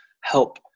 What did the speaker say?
help